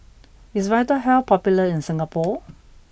is Vitahealth popular in Singapore